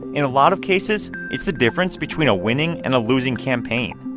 in a lot of cases, it's the difference between a winning and a losing campaign.